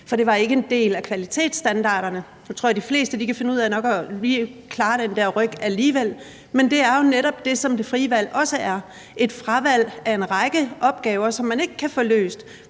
fordi det ikke var en del af kvalitetsstandarderne. Nu tror jeg, de fleste nok lige kan finde ud af at klare den der ryg alligevel, men det er jo netop det, som det frie valg også er: et fravalg af en række opgaver, som man ikke kan få løst,